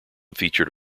featured